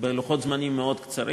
בלוחות זמנים מאוד קצרים.